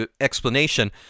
explanation